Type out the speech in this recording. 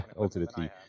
ultimately